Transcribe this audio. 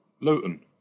Luton